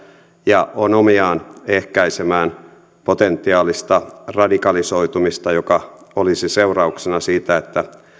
ja on omiaan ehkäisemään potentiaalista radikalisoitumista joka olisi seurauksena siitä että